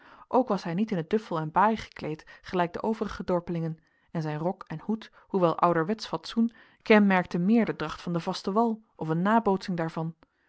ook was hij niet in t duffel en baai gekleed gelijk de overige dorpelingen en zijn rok en hoed hoewel ouderwetsch fatsoen kenmerkten meer de dracht van den vasten wal of een nabootsing daarvan